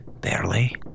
Barely